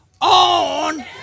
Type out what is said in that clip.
on